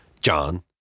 John